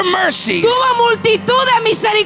mercies